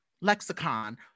lexicon